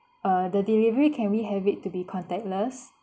uh the delivery can we have it to be contactless